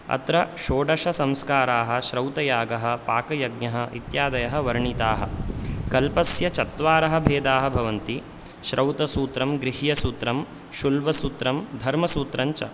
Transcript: अत्र षोडशसंस्काराः श्रौतयागः पाकयज्ञः इत्यादयः वर्णिताः कल्पस्य चत्वारः भेदाः भवन्ति श्रौतसूत्रं गृह्यसूत्रं शुल्बसूत्रं धर्मसूत्रं च